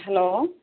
hello